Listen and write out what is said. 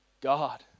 God